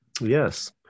Yes